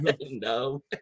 No